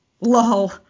lol